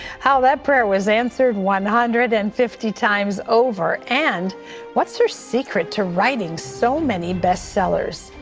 how that prayer was answered one hundred and fifty times over and what is her secret to writing so many bestsellers?